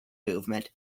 movement